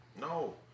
No